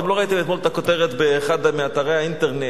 אתם לא ראיתם אתמול את הכותרת באחד מאתרי האינטרנט: